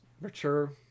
mature